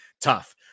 tough